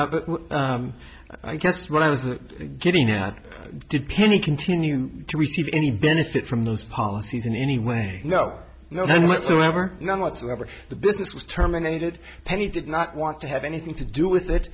one i guessed when i was getting out did penny continue to receive any benefit from those policies in any way no no no whatsoever none whatsoever the business was terminated penny did not want to have anything to do with